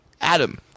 Adam